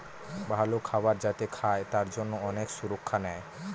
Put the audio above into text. ভালো খাবার যাতে খায় তার জন্যে অনেক সুরক্ষা নেয়